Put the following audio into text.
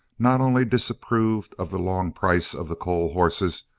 not only disapproved of the long price of the coles horses,